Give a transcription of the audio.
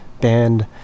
band